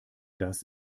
das